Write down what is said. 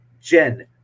jen